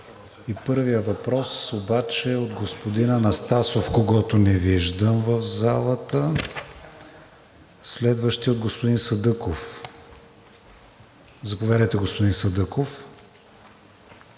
Първият въпрос е от господин Анастасов, когото не виждам в залата. Следващият е от господин Садъков. Заповядайте, господин Садъков